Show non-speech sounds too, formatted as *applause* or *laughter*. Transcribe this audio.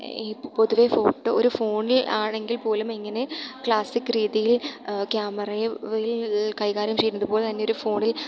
ഈ പൊതുവേ ഫോട്ടോ ഒരു ഫോണിൽ ആണെങ്കിൽപ്പോലും ഇങ്ങനെ ക്ലാസിക് രീതിയിൽ ക്യാമറയെ *unintelligible* കൈകാര്യം ചെയ്യുന്നതുപോലെ തന്നെ ഒരു ഫോണിൽ